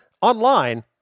online